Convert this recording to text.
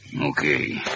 Okay